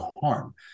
harm